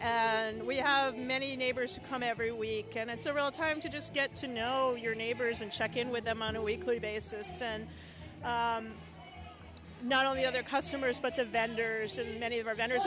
and we have many neighbors come every week and it's a real time to just get to know your neighbors and check in with them on a weekly basis and not only other customers but the vendors and many of our vendors